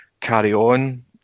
carry-on